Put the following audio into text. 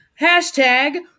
Hashtag